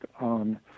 on